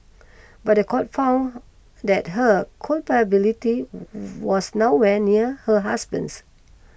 but the court found that her culpability was nowhere near her husband's